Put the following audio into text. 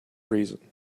reason